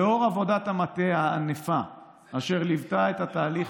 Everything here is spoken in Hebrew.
לאור עבודת המטה הענפה אשר ליוותה את התהליך